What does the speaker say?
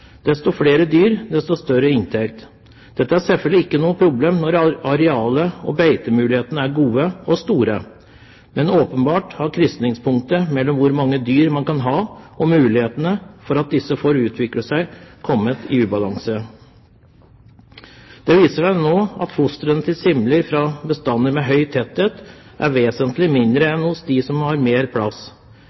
desto flere dyr, desto større inntekt. Dette er selvfølgelig ikke noe problem når arealer og beitemulighetene er gode og store, men åpenbart har krysningspunktet mellom hvor mange dyr man kan ha, og mulighetene for at disse får utvikle seg, kommet i ubalanse. Det viser seg nå at fostrene fra simler fra bestander med høy tetthet er vesentlig mindre enn hos de som har mer plass.